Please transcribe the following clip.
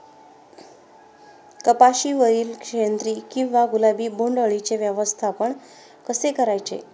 कपाशिवरील शेंदरी किंवा गुलाबी बोंडअळीचे व्यवस्थापन कसे करायचे?